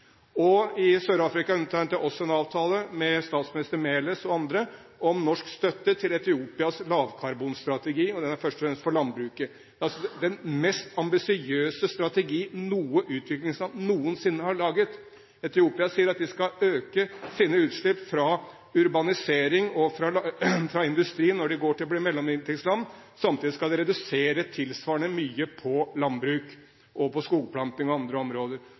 og viktig utviklingspolitikk. I Sør-Afrika undertegnet jeg også en avtale med statsminister Meles og andre om norsk støtte til Etiopias lavkarbonstrategi. Den er først og fremst for landbruket. Det er den mest ambisiøse strategi noe utviklingsland noensinne har laget. Etiopia sier at de skal øke sine utslipp fra urbanisering og industri når de blir et mellominntektsland. Samtidig skal de redusere tilsvarende mye på landbruk, skogplanting og andre områder.